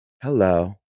hello